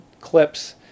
clips